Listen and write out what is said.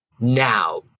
now